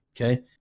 Okay